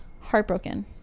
heartbroken